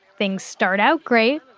things start out great.